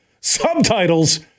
Subtitles